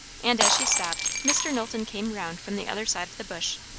and as she stopped, mr. knowlton came round from the other side of the bush.